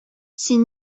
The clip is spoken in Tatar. син